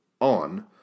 On